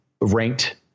ranked